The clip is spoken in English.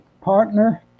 partner